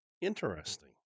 interesting